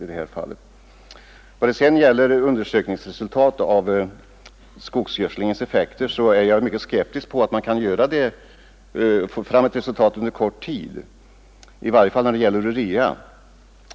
Vad det sedan gäller resultaten av undersökningar av skogsgödslingens effekter, så är jag mycket skeptisk mot att man skulle kunna få fram ett — Nr 57 resultat genom undersökningar inom kort tid, i varje fall beträffande Torsdagen den urea.